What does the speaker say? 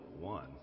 one